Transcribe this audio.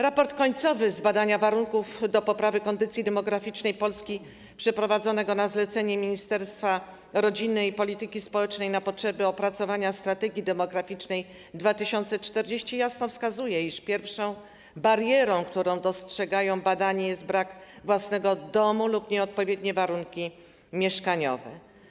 Raport końcowy z badania warunków do poprawy kondycji demograficznej Polski przeprowadzonego na zlecenie Ministerstwa Rodziny i Polityki Społecznej na potrzeby opracowania strategii demograficznej 2040 jasno wskazuje, iż pierwszą barierą, którą dostrzegają badani, jest brak własnego domu lub nieodpowiednie warunki mieszkaniowe.